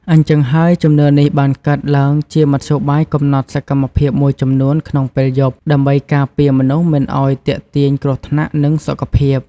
អញ្ចឹងហើយ ជំនឿនេះបានកើតឡើងជាមធ្យោបាយកំណត់សកម្មភាពមួយចំនួនក្នុងពេលយប់ ដើម្បីការពារមនុស្សមិនឲ្យទាក់ទាញគ្រោះថ្នាក់ និងសុខភាព។